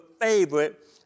favorite